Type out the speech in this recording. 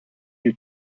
you